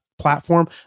platform